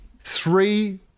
three